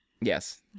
Yes